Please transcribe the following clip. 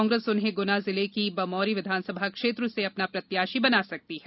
कांग्रेस उन्हें गुना जिले की बमोरी विधानसभा क्षेत्र से अपना प्रत्याशी बना सकती है